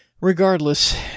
regardless